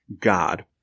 God